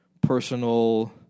personal